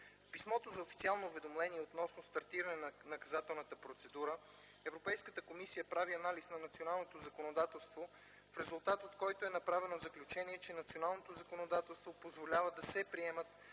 В писмото за официално уведомление относно стартиране на наказателната процедура Европейската комисия прави анализ на националното законодателство, в резултат от който е направено заключение, че националното законодателство позволява да се приемат